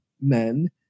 men